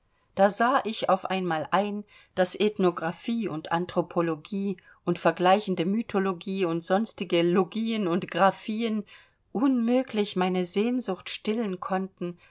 da sah ich auf einmal ein daß ethnographie und anthropologie und vergleichende mythologie und sonstige logien und graphien unmöglich meine sehnsucht stillen konnten